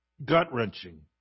Gut-wrenching